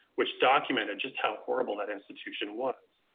which documented just how horrible that institution was.